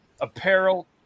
apparel